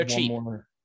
more